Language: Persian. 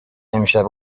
امشب